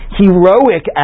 heroic